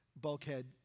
bulkhead